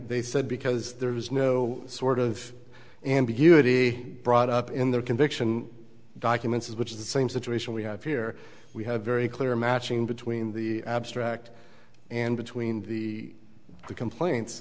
they said because there was no sort of ambiguity brought up in their conviction documents which is the same situation we have here we have very clear matching between the abstract and between the complaints